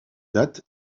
date